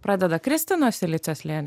pradeda kristi nuo silicio slėnio